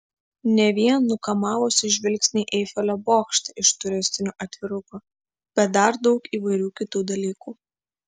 ne vien nukamavusį žvilgsnį eifelio bokštą iš turistinių atvirukų bet dar daug įvairių kitų dalykų